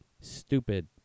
stupid